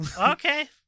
Okay